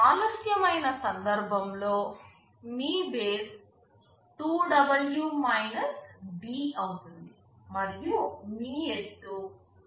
ఆలస్యం అయిన సందర్భంలో మీ బేస్ 2W D అవుతుంది మరియు మీ ఎత్తు W D అవుతుంది